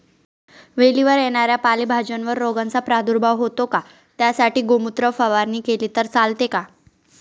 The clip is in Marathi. वेलीवर येणाऱ्या पालेभाज्यांवर रोगाचा प्रादुर्भाव होतो का? त्यासाठी गोमूत्र फवारणी केली तर चालते का?